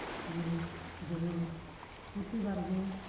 ᱡᱮᱢᱚᱱ ᱯᱨᱚᱛᱤ ᱵᱟᱨᱜᱮ